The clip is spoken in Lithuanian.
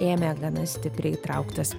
ėmė gana stipriai trauktis